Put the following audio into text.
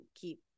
keep